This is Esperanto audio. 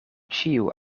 ĉiu